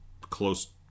close